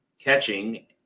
catching